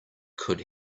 could